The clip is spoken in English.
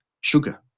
sugar